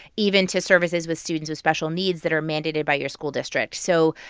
even to services with students with special needs that are mandated by your school district. so,